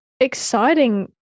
exciting